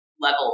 level